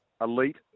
elite